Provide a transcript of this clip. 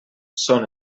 són